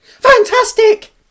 Fantastic